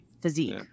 physique